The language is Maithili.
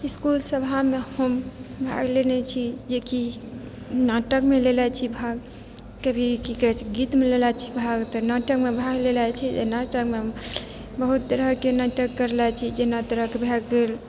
इसकुल सभामे हम भाग लेने छी जेकि नाटकमे लेने छी भाग कभी की कहै छै गीतमे लेने छी भाग तऽ नाटकमे भाग लेने छी नाटकमे हम बहुत तरहके नाटक कएने छी जेना तरहके भऽ गेल